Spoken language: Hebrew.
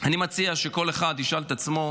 אני מציע שכל אחד ישאל את עצמו